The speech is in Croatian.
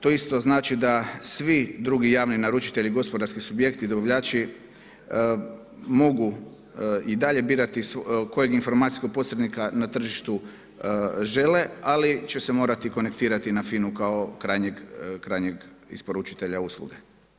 To isto znači da svi drugi javni naručitelji i gospodarski subjekti, dobavljači mogu i dalje birati kojeg informacijskog posrednika na tržištu žele, ali će se morati konektirati na FINA-u kao krajnjeg isporučitelja usluge.